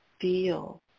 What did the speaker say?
Feel